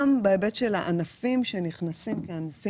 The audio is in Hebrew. "בעל עניין" כהגדרתו בחוק ניירות ערך,